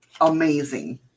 amazing